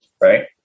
Right